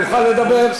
יוכל לדבר,